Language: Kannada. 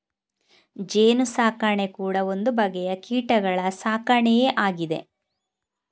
ಜೇನು ಸಾಕಣೆ ಕೂಡಾ ಒಂದು ಬಗೆಯ ಕೀಟಗಳ ಸಾಕಣೆಯೇ ಆಗಿದೆ